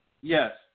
Yes